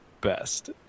best